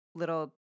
little